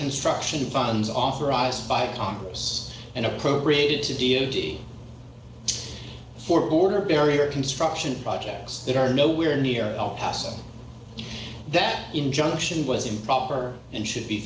construction funds authorized by congress and appropriated to deity for order barrier construction projects that are nowhere near el paso that injunction was improper and should be